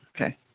Okay